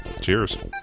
cheers